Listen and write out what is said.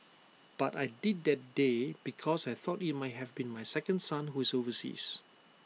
but I did that day because I thought IT might have been my second son who is overseas